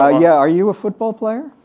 ah yeah are you a football player?